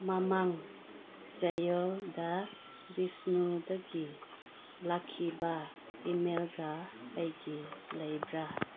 ꯃꯃꯥꯡ ꯆꯌꯣꯜꯗ ꯕꯤꯁꯅꯨꯗꯒꯤ ꯂꯥꯛꯈꯤꯕ ꯏꯃꯦꯜꯒ ꯑꯩꯒꯤ ꯂꯩꯕ꯭ꯔꯥ